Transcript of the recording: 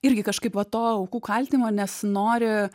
irgi kažkaip va to aukų kaltinimo nesinori